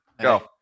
Go